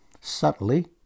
subtly